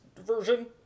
version